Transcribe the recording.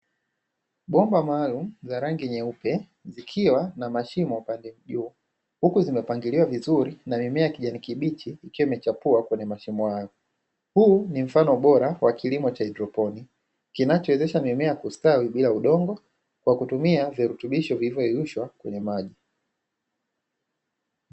Bomba maalumu za rangi nyeupe, zikiwa na mashimo upande juu, zimepangiliwa vizuri, na mimea kijani kibichi ikiwa imechipua kwenye mashimo hayo. Huu ni mfano bora wa kilimo cha haidroponi kinachowezesha mimea kustawi bila udongo, kwa kutumia virutubisho vilivyoyeyushwa kwenye maji.